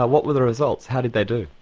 what were the results, how did they do?